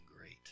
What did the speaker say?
great